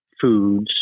foods